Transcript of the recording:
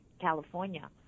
california